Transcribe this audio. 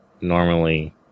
normally